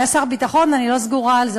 היה שר ביטחון אני לא סגורה על זה,